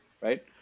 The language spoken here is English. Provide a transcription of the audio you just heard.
right